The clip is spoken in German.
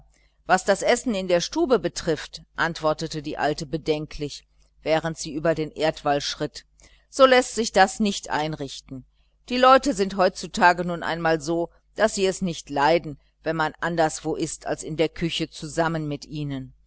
was das essen in der stube betrifft antwortete die alte bedenklich während sie über den erdwall schritt so läßt sich das nicht einrichten die leute sind heutzutage nun einmal so daß sie es nicht leiden wenn man anderswo ißt als in der küche zusammen mit ihnen